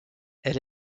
elle